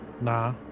Nah